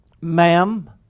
ma'am